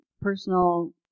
personal